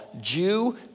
Jew